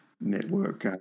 Network